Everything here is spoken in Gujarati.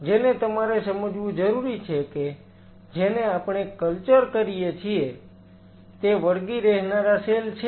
જેને તમારે સમજવું જરૂરી છે કે જેને આપણે કલ્ચર કરીએ છીએ તે વળગી રહેનારા સેલ છે